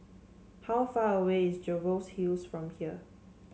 how far away is Jervois Hills from here